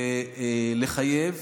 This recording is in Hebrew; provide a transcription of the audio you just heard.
לחייב